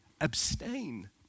Abstain